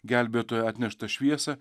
gelbėtojo atneštą šviesą